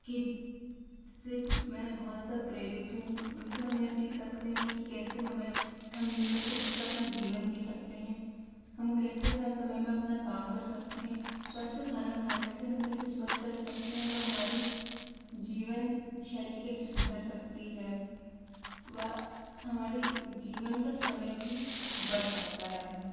की से मैं बहुत ज़्यादा प्रेरित हूँ उनसे हम यह सीख सकते है कि कैसे हमें नियमित रूप से अपना जीवन जी सकते है हम कैसे हर समय मे अपना काम कर सकते है स्वास्थ्य खाना खाने से हम कैसे स्वास्थ्य रह सकते है वह हमारी जीवन शैली कैसे सुधर सकती है व हमारे जीवन का समय भी बढ़ सकता है